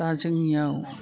दा जोंनियाव